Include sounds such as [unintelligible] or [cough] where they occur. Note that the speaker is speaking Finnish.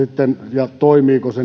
ja toimiiko se [unintelligible]